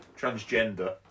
transgender